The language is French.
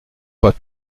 pas